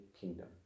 kingdom